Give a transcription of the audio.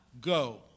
go